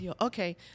okay